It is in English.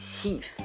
heath